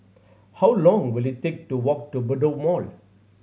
how long will it take to walk to Bedok Mall